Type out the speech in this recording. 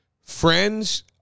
Friends